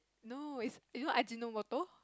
no is you know Ajinomoto